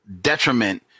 detriment